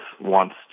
wants